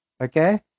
Okay